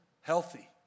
healthy